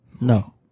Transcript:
No